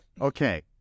Okay